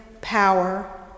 power